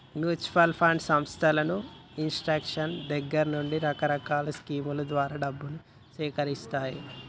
mutual fund సంస్థలు ఇన్వెస్టర్ల దగ్గర నుండి రకరకాల స్కీముల ద్వారా డబ్బును సేకరిత్తాయి